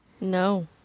no